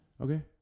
Okay